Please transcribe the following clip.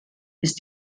ist